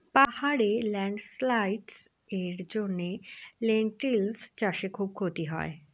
পাহাড়ে ল্যান্ডস্লাইডস্ এর জন্য লেনটিল্স চাষে খুব ক্ষতি হয়